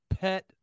pet